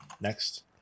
Next